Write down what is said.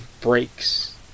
breaks